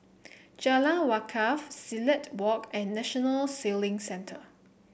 Jalan Wakaff Silat Walk and National Sailing Centre